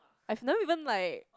I've never even like